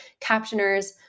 captioners